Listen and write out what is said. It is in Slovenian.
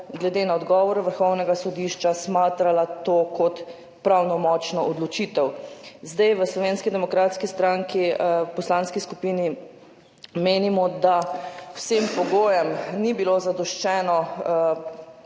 glede na odgovor Vrhovnega sodišča smatrala to kot pravnomočno odločitev. V Slovenski demokratski stranki, v poslanski skupini, menimo, da vsem pogojem ni bilo zadoščeno,